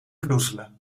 verdoezelen